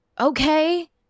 okay